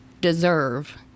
deserve